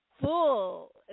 full